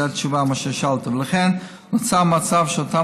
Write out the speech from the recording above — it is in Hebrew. זו התשובה על מה ששאלת ולכן נוצר מצב שאותם